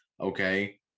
okay